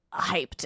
hyped